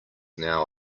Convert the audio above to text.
now